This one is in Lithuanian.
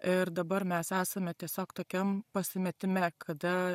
ir dabar mes esame tiesiog tokiam pasimetime kada